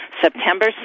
September